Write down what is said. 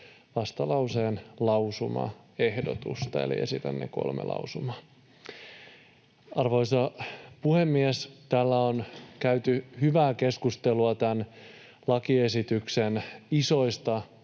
vastalauseen lausumaehdotusta, eli esitän ne kolme lausumaa. Arvoisa puhemies! Täällä on käyty hyvää keskustelua tämän lakiesityksen isoista